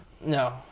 no